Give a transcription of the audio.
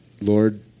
Lord